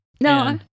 No